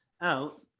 out